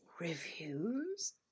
reviews